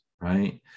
right